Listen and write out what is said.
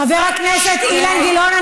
חבר הכנסת אילן גילאון,